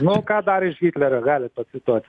nu ką dar iš hitlerio galit pacituot